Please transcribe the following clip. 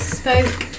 spoke